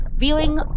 Viewing